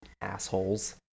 assholes